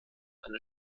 eine